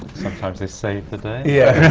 sometimes they save the day. yeah